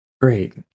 Great